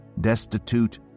destitute